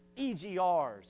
EGRs